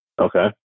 Okay